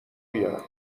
بیارم